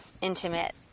intimate